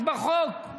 יש בחוק.